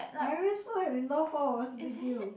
I always was a big deal